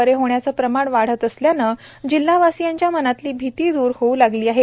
बरे होण्याचे प्रमाण वाढत असल्याने जिल्हावासीयांच्या मनातील भीती दूर होऊ लागली आहे